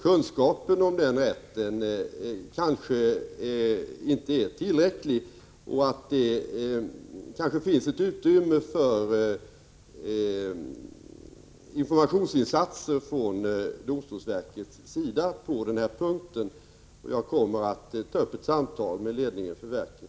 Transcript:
Kunskapen om den rätten är kanske inte tillräcklig, och det kan på den punkten finnas ett utrymme för informationsinsatser från domstolsverkets sida. Jag kommer att ta upp ett samtal härom med ledningen för verket.